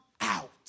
out